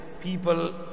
people